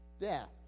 death